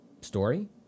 story